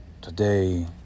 Today